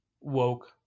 woke